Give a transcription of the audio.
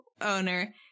owner